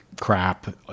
crap